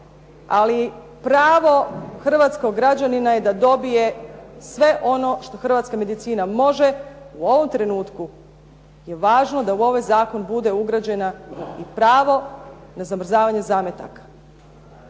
Ali pravo hrvatskog građanina je da dobije sve ono što hrvatska medicina može. U ovom trenutku je važno da u ovaj zakon bude ugrađena i pravo na zamrzavanje zametaka.